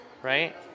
Right